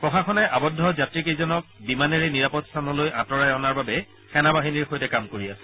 প্ৰশাসনে আৱদ্ধ যাত্ৰীকেইজনক বিমানেৰে নিৰাপদ স্থানলৈ আঁতৰাই অনাৰ বাবে সেনাবাহিনীৰ সৈতে কাম কৰি আছে